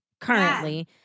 currently